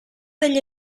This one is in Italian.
degli